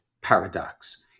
paradox